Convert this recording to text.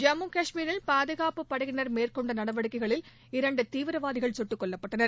ஜம்மு கஷ்மீரில் பாதுகாப்பு படையினர் மேற்கொண்ட நடவடிக்கைகளில் இரண்டு தீவிரவாதிகள் சுட்டுக் கொல்லப்பட்டார்